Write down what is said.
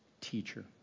teacher